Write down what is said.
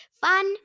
Fun